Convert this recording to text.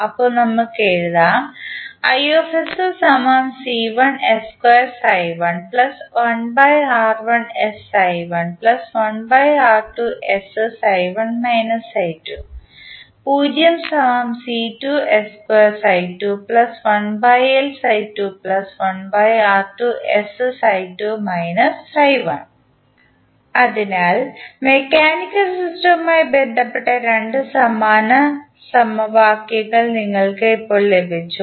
അപ്പോൾ നമുക്ക് എഴുതാം അതിനാൽ മെക്കാനിക്കൽ സിസ്റ്റവുമായി ബന്ധപ്പെട്ട രണ്ട് സമാന സമവാക്യങ്ങൾ നിങ്ങൾക്ക് ഇപ്പോൾ ലഭിച്ചു